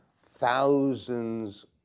thousands